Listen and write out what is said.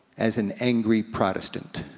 as an angry protestant.